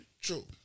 true